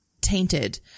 tainted